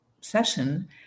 session